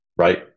right